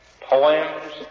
poems